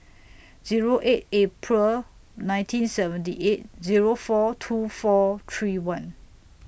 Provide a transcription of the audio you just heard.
Zero eight April nineteen seventy eight Zero four two four three one